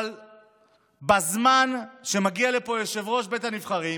אבל בזמן שמגיע לפה יושב-ראש בית הנבחרים,